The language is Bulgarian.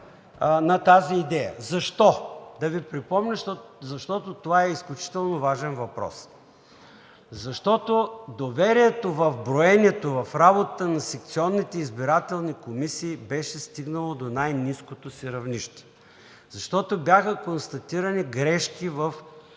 на тази идея. Да Ви припомня защо: защото това е изключително важен въпрос; защото доверието в броенето, в работата на секционните избирателни комисии беше стигнала до най-ниското си равнище; защото бяха констатирани грешки в